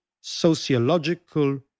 sociological